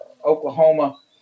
oklahoma